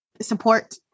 support